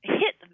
hit